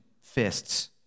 fists